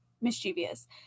mischievous